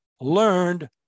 learned